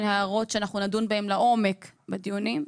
ההערות שאנחנו נדון בהן לעומק בדיונים.